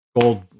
gold